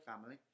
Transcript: family